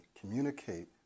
communicate